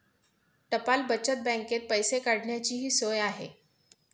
टपाल बचत बँकेत पैसे काढण्याचीही सोय आहे